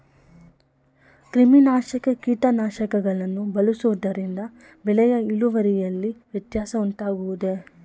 ಕ್ರಿಮಿನಾಶಕ ಕೀಟನಾಶಕಗಳನ್ನು ಬಳಸುವುದರಿಂದ ಬೆಳೆಯ ಇಳುವರಿಯಲ್ಲಿ ವ್ಯತ್ಯಾಸ ಉಂಟಾಗುವುದೇ?